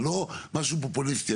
זה לא משהו פופוליסטי.